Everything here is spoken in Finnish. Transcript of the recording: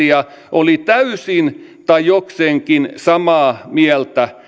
oli täysin tai jokseenkin samaa mieltä